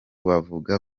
bavuga